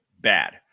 bad